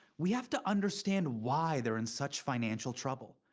we have to understand why they're in such financial trouble.